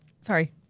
Sorry